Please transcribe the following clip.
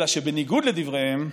אלא שבניגוד לדבריהם,